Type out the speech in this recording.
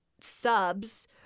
subs—